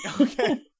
Okay